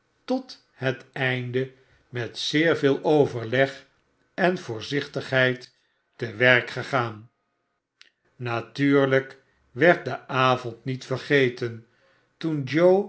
tot het einde met zeer veel overleg en voorzichtigheid te werk gegaan natuurlijk werd de avond niet vergeten toen